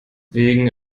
wegen